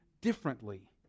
Differently